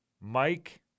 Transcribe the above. Mike